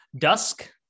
Dusk